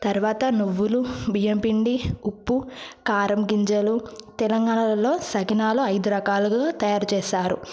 తర్వాత నువ్వులు బియ్యంపిండి ఉప్పు కారం గింజలు తెలంగాణలలో సకినాలు ఐదు రకాలుగా తయారు చేస్తారు